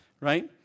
right